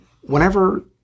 whenever